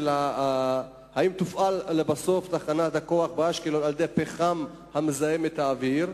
האם תופעל לבסוף תחנת הכוח באשקלון על-ידי פחם המזהם את האוויר?